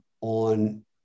on